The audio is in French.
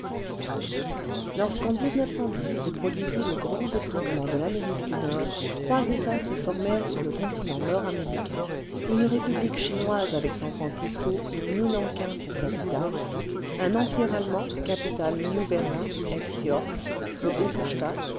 lorsqu'en se produisit le grand détraquement de l'amérique du nord trois états se formèrent sur le continent nord américain une république chinoise avec san-francisco ou new nanking pour capitale un empire allemand capitale new berlin ex york ou